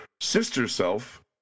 sister-self